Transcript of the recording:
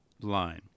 line